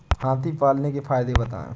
हाथी पालने के फायदे बताए?